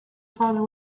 father